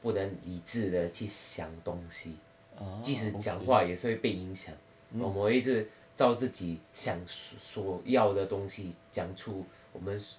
不能理智地去想东西即使你讲话也是会被影响我一直照自己想所要的东西讲出我们